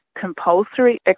compulsory